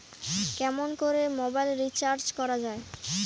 কেমন করে mobile recharge করা য়ায়?